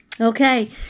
Okay